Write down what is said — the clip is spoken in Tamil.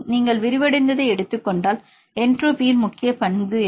நீங்கள் விரிவடைந்ததை எடுத்துக் கொண்டால் என்ட்ரோபியின் முக்கிய பங்களிப்பு என்ன